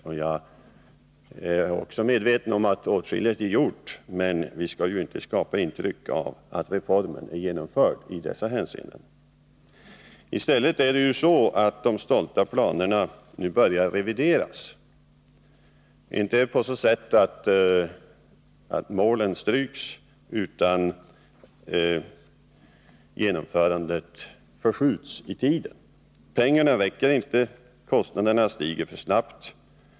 Också jag är medveten om att åtskilligt är gjort, men vi skall inte skapa ett intryck av att reformen är genomförd i dessa hänseenden. Istället är det ju så att de stolta planerna nu börjar revideras, inte på så sätt att målen stryps, utan så att genomförandet förskjuts i tiden. Pengarna räcker inte därför att kostnaderna stiger för snabbt.